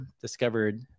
discovered